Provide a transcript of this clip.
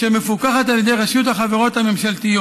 אשר מפוקחת על ידי רשות החברות הממשלתיות.